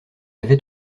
avait